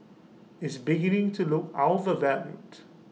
is beginning to look overvalued